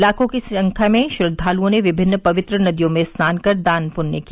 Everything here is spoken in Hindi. लाखों की संख्या में श्रद्वालुओं ने विभिन्न पवित्र नदियों में स्नान कर दान पृष्य किया